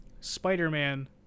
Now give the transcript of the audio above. Spider-Man